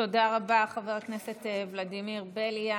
תודה רבה, חבר הכנסת ולדימיר בליאק.